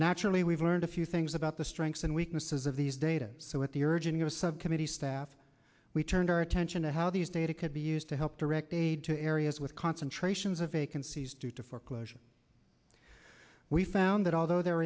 naturally we've learned a few things about the strengths and weaknesses of these data so at the urging of subcommittee staff we turned our attention to how these data could be used to help direct aid to areas with concentrations of vacancies due to foreclosure we found that although the